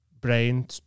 brain